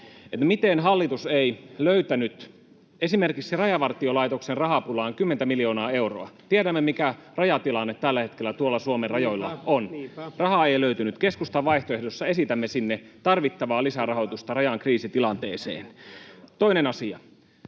miten hallitus ei löytänyt esimerkiksi Rajavartiolaitoksen rahapulaan kymmentä miljoonaa euroa. Tiedämme, mikä rajatilanne tällä hetkellä tuolla Suomen rajoilla on. [Juho Eerolan välihuuto] Rahaa ei löytynyt. Keskustan vaihtoehdossa esitämme tarvittavaa lisärahoitusta sinne rajan kriisitilanteeseen. [Keskustan